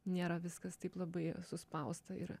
nėra viskas taip labai suspausta ir